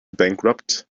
bankrupt